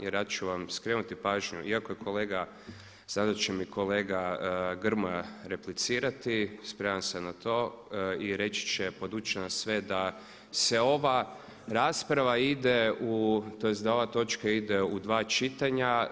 Jer ja ću vam skrenuti pažnju iako je kolega, sada će mi kolega Grmoja replicirati, spreman sam na to i reći će, podučit će nas sve da se ova rasprava ide, tj. da ova točka ide u dva čitanja.